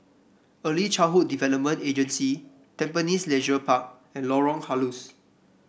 Early Childhood Development Agency Tampines Leisure Park and Lorong Halus